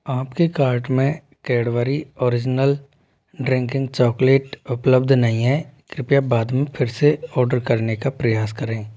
आपके कार्ट में Cadbury original drinking drinking chocolate उपलब्ध नहीं हैं कृपया बाद में फिर से ऑर्डर करने का प्रयास करें